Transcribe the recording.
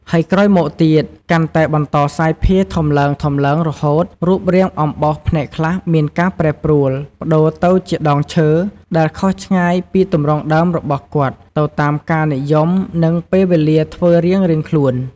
ហើយក្រោយមកទៀតកាន់តែបន្តរសាយភាយធំឡើងៗរហូត រូបរាងអំបោសផ្នែកខ្លះមានការប្រែប្រួល ប្តូរទៅជាដងឈើ ដែលខុសឆ្ងាយពីទំរង់ដើមរបស់គាត់ទៅតាមការនិយមនិងពេលវេលាធ្វើរាងៗខ្លួន។